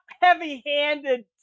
heavy-handed